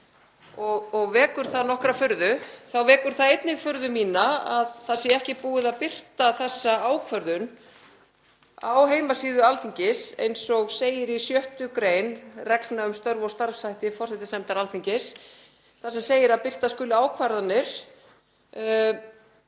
og vekur það nokkra furðu. Vekur það einnig furðu mína að ekki sé búið að birta þessa ákvörðun á heimasíðu Alþingis, eins og segir í 6. gr. reglna um störf og starfshætti forsætisnefndar Alþingis þar sem segir að birta skuli ákvarðanir